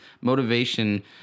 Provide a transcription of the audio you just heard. Motivation